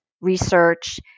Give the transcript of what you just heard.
research